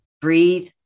Breathe